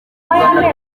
rwanda